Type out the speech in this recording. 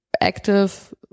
active